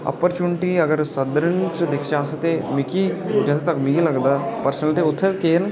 opportunity अगर southern दी गल्ल करचै ते जित्थै धोड़ी मिगी लगदा पर्सनल उत्थै केह् न